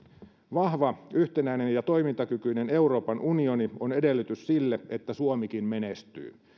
vahva yhtenäinen ja toimintakykyinen euroopan unioni on edellytys sille että suomikin menestyy